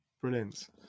Brilliant